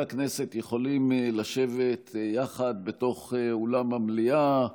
הכנסת יכולים לשבת יחד בתוך אולם המליאה,